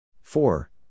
Four